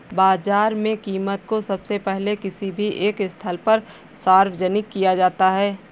बाजार में कीमत को सबसे पहले किसी भी एक स्थल पर सार्वजनिक किया जाता है